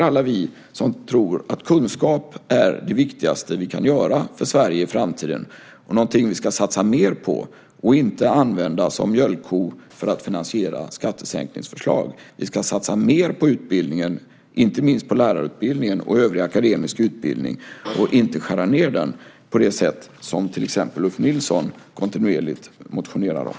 Alla vi som tror på kunskap tycker att det är det viktigaste vi kan göra för Sverige i framtiden och något som vi ska satsa mer på - inte använda som mjölkko för att finansiera skattesänkningsförslag. Vi ska satsa mer på utbildningen, inte minst på lärarutbildningen och övrig akademisk utbildning, i stället för att skära ned den på det sätt som till exempel Ulf Nilsson kontinuerligt motionerar om.